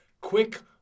quick